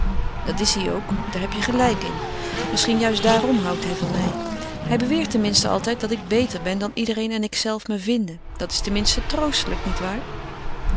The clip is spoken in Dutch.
dat is hij ook daar heb je gelijk in misschien juist daarom houdt hij van mij hij beweert ten minste altijd dat ik beter ben dan iedereen en ikzelve me vinden dat is ten minste troostelijk niet waar